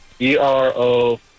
E-R-O